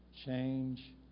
change